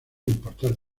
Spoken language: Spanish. importar